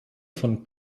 von